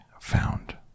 found